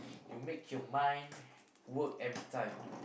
you make your mind work every time